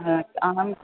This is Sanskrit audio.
अहम्